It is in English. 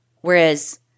Whereas